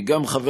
חבר